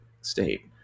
state